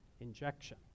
injection